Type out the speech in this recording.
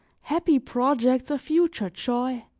happy projects of future joy,